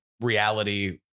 reality